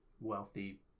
Wealthy